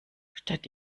statt